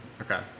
Okay